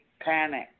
panic